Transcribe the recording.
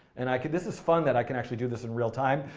and i could, this is fun that i can actually do this in real time.